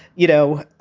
you know,